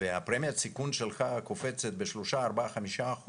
ופרמיית הסיכון שלך קופצת ב-3%, 4%, 5%